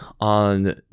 on